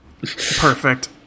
Perfect